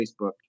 Facebook